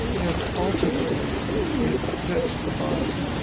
and ultimately, it gets the body,